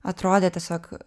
atrodė tiesiog